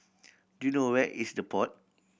do you know where is The Pod